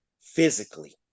physically